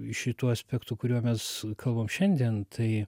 šituo aspektu kuriuo mes kalbam šiandien tai